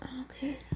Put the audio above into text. Okay